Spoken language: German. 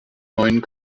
neuen